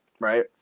right